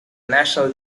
national